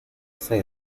sei